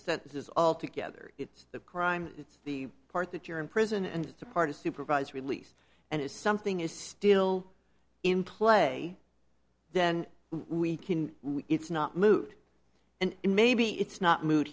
is all together it's the crime it's the part that you're in prison and it's a part of supervisors release and if something is still in play then we can it's not moot and maybe it's not moo